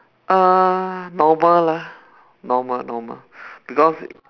uh normal lah normal normal because